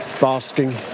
Basking